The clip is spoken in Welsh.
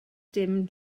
dim